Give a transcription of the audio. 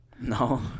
No